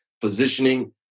positioning